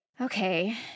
okay